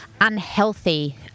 unhealthy